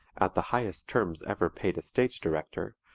at the highest terms ever paid a stage director,